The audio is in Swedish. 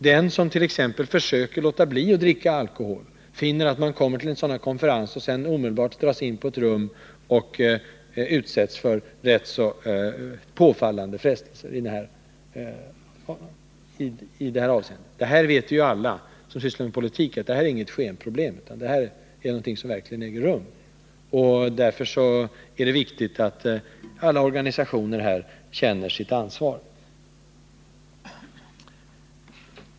Den som försöker låta bli att dricka alkohol skall inte behöva riskera att utsättas för frestelser eller påtryckningar när han eller hon deltar i konferenser och liknande. Alla vi som sysslar med politik vet att det här inte är något skenproblem, utan det är något som verkligen äger rum. Därför är det viktigt att alla organisationer känner sitt ansvar.